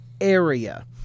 area